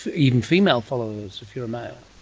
even female followers, if you are a male?